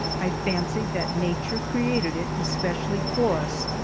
i fancied that nature created it especially for us,